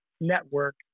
Network